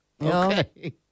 Okay